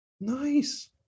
Nice